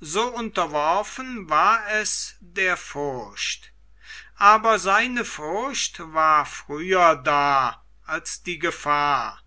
so unterworfen war es der furcht aber seine furcht war früher da als die gefahr